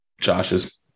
Josh's